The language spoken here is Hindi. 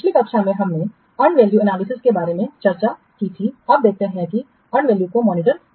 पिछली कक्षा में हमने अर्न वैल्यूएनालिसिस के बारे में चर्चा की है अब देखते हैं कि अर्न वैल्यू को मॉनीटर कैसे करें